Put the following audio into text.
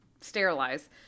sterilize